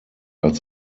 als